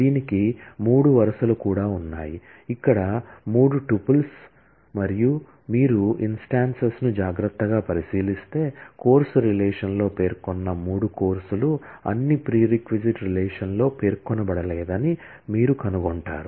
దీనికి మూడు వరుసలు కూడా ఉన్నాయి ఇక్కడ మూడు టుపుల్స్ మరియు మీరు ఇన్స్టాన్సెస్ ను జాగ్రత్తగా పరిశీలిస్తే కోర్సు రిలేషన్ లో పేర్కొన్న మూడు కోర్సులు అన్నీ ప్రీరెక్ రిలేషన్లో పేర్కొనబడలేదని మీరు కనుగొంటారు